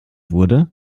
wurde